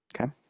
Okay